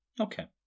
Okay